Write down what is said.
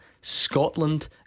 Scotland